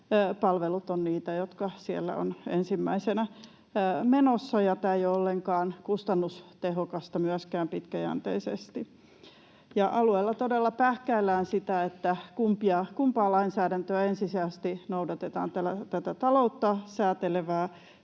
palvelut ovat niitä, jotka siellä ovat ensimmäisenä menossa. Tämä ei ole ollenkaan kustannustehokasta myöskään pitkäjänteisesti. Ja alueilla todella pähkäillään sitä, kumpaa lainsäädäntöä ensisijaisesti noudatetaan, tätä taloutta säätelevää